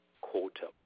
quarter